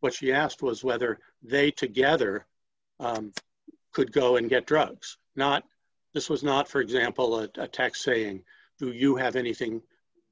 what she asked was whether they together could go and get drugs not this was not for example a text saying do you have anything